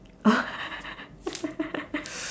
oh